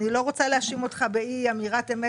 אני לא רוצה להאשים אותך באי אמירת אמת